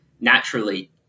naturally